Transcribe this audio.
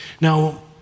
Now